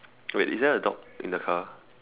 wait is there a dog in the car